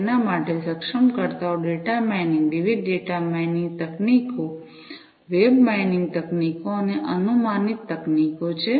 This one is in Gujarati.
તેના માટે સક્ષમકર્તાઓ ડેટા માઇનિંગ વિવિધ ડેટા માઇનિંગ તકનીકો વેબ માઇનિંગ તકનીકો અને અનુમાનિત તકનીકો છે